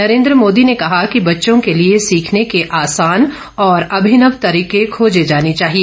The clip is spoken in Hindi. नरेन्द्र मोदी ने कहा कि बच्चों के लिए सीखने के आसान और अभिनव तरीके खोजे जाने चाहिए